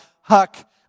Huck